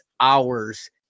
hours